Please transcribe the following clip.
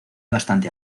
bastante